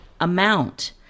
amount